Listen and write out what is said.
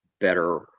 better